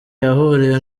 yahuriye